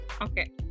okay